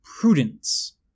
prudence